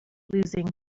losing